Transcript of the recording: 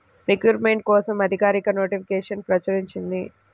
recruitment కోసం అధికారిక నోటిఫికేషన్ను ప్రచురించింది